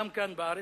גם כאן בארץ,